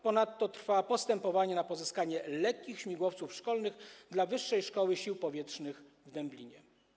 Ponadto trwa postępowanie mające na celu pozyskanie lekkich śmigłowców szkolnych dla Wyższej Szkoły Sił Powietrznych w Dęblinie.